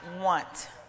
want